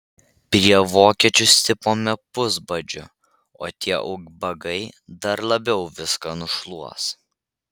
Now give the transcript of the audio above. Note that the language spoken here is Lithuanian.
prie vokiečių stipome pusbadžiu o tie ubagai dar labiau viską nušluos